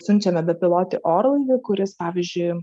siunčiame bepilotį orlaivį kuris pavyzdžiui